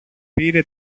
πήρε